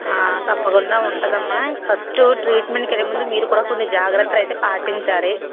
తప్పకుండా ఉంటుందమ్మా ఫస్ట్ ట్రీట్మెంట్కు వెళ్ళే ముందు మీరు కూడా కొన్ని జాగ్రత్తలైతే పాటించాలి